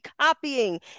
copying